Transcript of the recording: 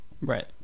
Right